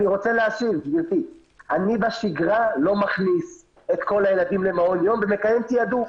אני בשגרה לא מכניס את כל הילדים למעון יום ומקיים תיעדוף.